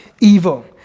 evil